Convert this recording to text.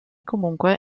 comunque